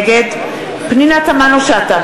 נגד פנינה תמנו-שטה,